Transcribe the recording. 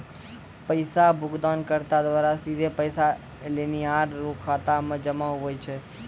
पैसा भुगतानकर्ता द्वारा सीधे पैसा लेनिहार रो खाता मे जमा हुवै छै